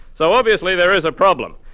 so obviously there is a problem.